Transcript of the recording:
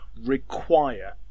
require